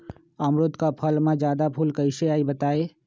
अमरुद क फल म जादा फूल कईसे आई बताई?